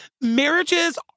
marriages